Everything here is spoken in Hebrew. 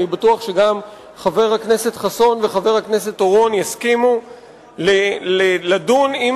אני בטוח שגם חבר הכנסת חסון וחבר הכנסת אורון יסכימו לדון עם